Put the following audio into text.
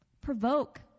Provoke